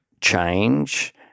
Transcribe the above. change